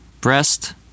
breast